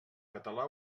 català